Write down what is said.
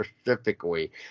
specifically